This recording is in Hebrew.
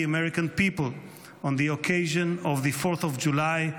American people on the occasion of the 4th of July,